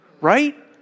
right